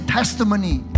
testimony